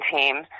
team